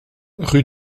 rue